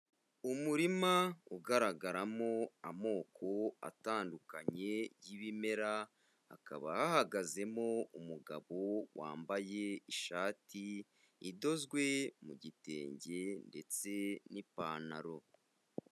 Umurima ugaragaramo amoko atandukanye y'ibimera, hakaba hahagazemo umugabo wambaye ishati idozwe mu gitenge ndetse n'ipantaro.